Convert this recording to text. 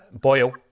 Boyle